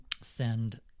send